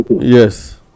Yes